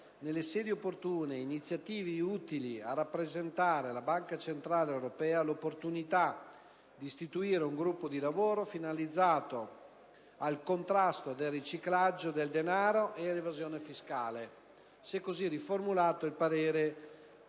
nelle sedi opportune, iniziative utili a rappresentare alla BCE l'opportunità di istituire un gruppo di lavoro finalizzato al contrasto del riciclaggio del denaro e dell'evasione fiscale». Così riformulato, l'ordine